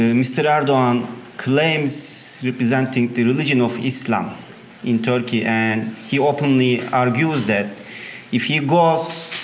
mr. erdogan claims representing the religion of islam in turkey and he openly argues that if he goes,